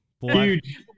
Huge